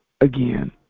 again